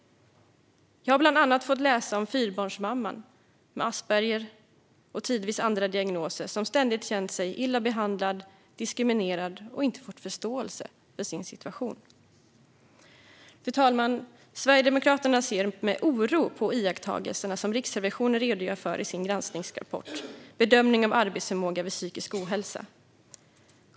Jag har bland annat fått läsa om fyrabarnsmamman med asperger och tidvis andra diagnoser, som ständigt känt sig illa behandlad och diskriminerad och som inte fått förståelse för sin situation. Fru talman! Sverigedemokraterna ser med oro på de iakttagelser som Riksrevisionen redogör för i sin granskningsrapport Bedömning av arbetsförmåga vid psykisk ohälsa - en process med stora utmaningar .